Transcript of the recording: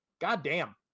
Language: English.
goddamn